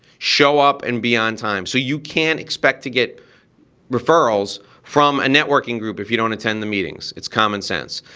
show up and be on time. so you can't expect to get referrals from a networking group if you don't attend the meetings. it's common sense.